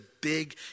big